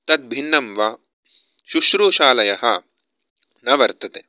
तद्भिन्नं वा शुश्रूषालयः न वर्तते